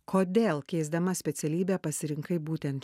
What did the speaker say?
kodėl keisdama specialybę pasirinkai būtent